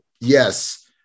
yes